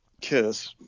Kiss